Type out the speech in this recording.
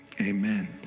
Amen